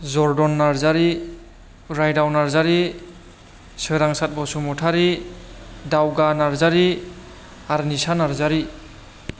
Jordan Narzary Raidao Narzary Soransath Basumatary Daoga Narzary Arnisa Narzary